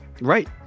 Right